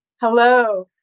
Hello